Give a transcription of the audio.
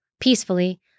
peacefully